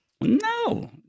No